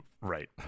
Right